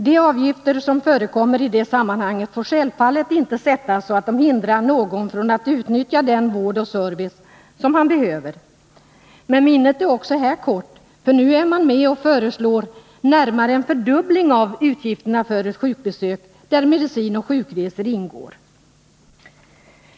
——— De avgifter som förekommer i det sammanhanget får självfallet inte sättas så, att de hindrar någon från att utnyttja den vård och service som han behöver.” Även här är minnet kort, ty nu är man med och föreslår nästan en fördubbling av utgifterna för sjukbesök, där medicin och sjukresor ingår.